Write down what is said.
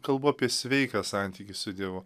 kalba apie sveiką santykį su dievu